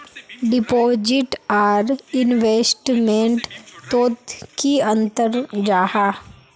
Deposit आर investment तोत की अंतर जाहा?